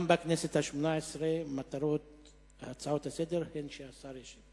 גם בכנסת השמונה-עשרה מטרת ההצעות לסדר-היום היא שהשר ישיב.